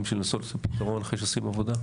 בשביל לנסות להגיע לפתרון אחרי שעושים עבודה?